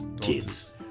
kids